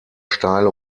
steile